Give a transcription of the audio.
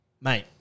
mate